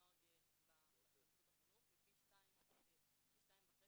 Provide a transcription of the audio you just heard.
גאה במוסדות החינוך היא פי 2.5